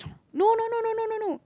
no no no no no no no